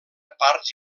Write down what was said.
parts